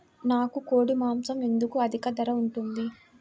నాకు కోడి మాసం ఎందుకు అధిక ధర ఉంటుంది?